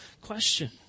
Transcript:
question